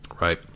Right